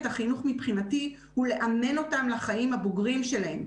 החינוך מבחינתי הוא לאמן אותם לחיים הבוגרים שלהם,